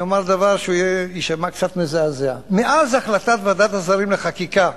אני אומר דבר שיישמע קצת מזעזע: מאז החלטת ועדת השרים לחקיקה,